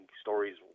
stories